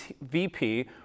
VP